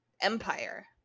empire